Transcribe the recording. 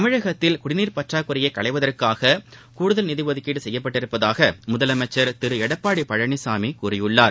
தமிழகத்தில் குடிநீர் பற்றாக்குறையைக் களைவதற்காக கூடுதல் நிதி ஒதுக்கீடு செய்யப்பட்டுள்ளதாக முதலமைச்சர் திரு எடப்பாடி பழனிசாமி கூறியுள்ளார்